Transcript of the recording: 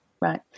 Right